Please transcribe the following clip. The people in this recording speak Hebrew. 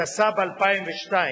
התשס"ב 2002,